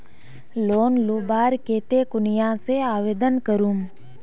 Loan लुबार केते कुनियाँ से आवेदन करूम?